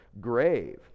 grave